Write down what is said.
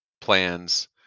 plans